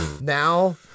Now